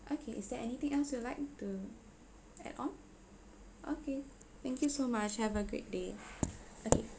okay is there anything else you'd like to add on okay thank you so much have a great day